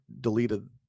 deleted